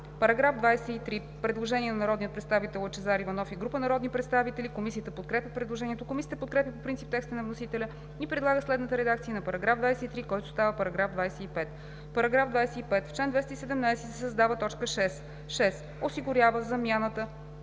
По § 23 има предложение на народния представител Лъчезар Иванов и група народни представители. Комисията подкрепя предложението. Комисията подкрепя по принцип текста на вносителя и предлага следната редакция на § 23, който става § 25: „§ 25. В чл. 217 се създава т. 6: „6. осигурява замяната